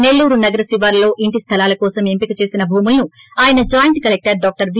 నెల్లూరు నగర శివార్లలో ఇంటి స్లలాల కోసం ఎంపిక చేసిన భూములను ఆయన జాయింట్ కలెక్టర్ డాక్టర్ వి